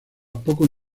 pocos